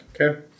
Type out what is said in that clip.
Okay